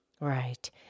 Right